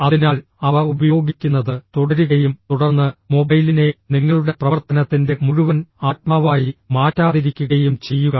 അതിനാൽ അവ ഉപയോഗിക്കുന്നത് തുടരുകയും തുടർന്ന് മൊബൈലിനെ നിങ്ങളുടെ പ്രവർത്തനത്തിന്റെ മുഴുവൻ ആത്മാവായി മാറ്റാതിരിക്കുകയും ചെയ്യുക